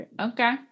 okay